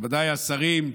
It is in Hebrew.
מכובדיי השרים,